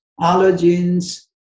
allergens